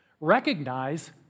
recognize